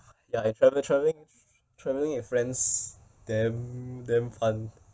ya and travel travelling travelling with friends damn damn fun